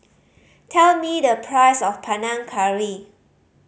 tell me the price of Panang Curry